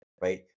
right